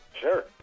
Sure